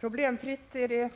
Problemfritt är det